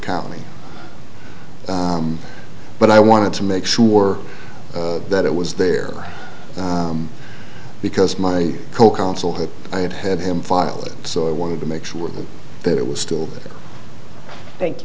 county but i wanted to make sure that it was there because my co counsel had i had had him file it so i wanted to make sure that it was still there thank